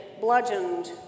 bludgeoned